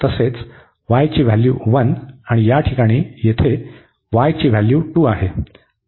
तसेच y ची value 1 आणि या ठिकाणी येथे y ची व्हॅल्यू 2 आहे